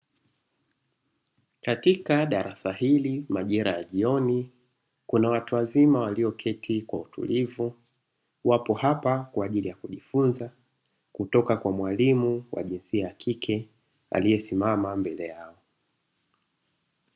Katika darasa hili majira ya jioni kuna watu wazima walioketi kwa utulivu, wapo hapa kwa ajili ya kujifunza kutoka kwa mwalimu wa jinsia ya kike aliyesimama mbele yao.